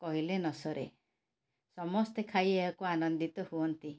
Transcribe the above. କହିଲେ ନସରେ ସମସ୍ତେ ଖାଇ ଏହାକୁ ଆନନ୍ଦିତ ହୁଅନ୍ତି